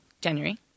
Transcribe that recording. January